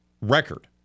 record